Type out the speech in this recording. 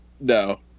No